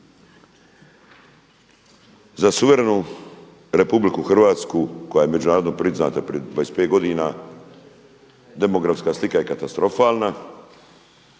za suverenu Republiku Hrvatsku koja je međunarodno priznata prije 25 godina demografska slika je katastrofalna,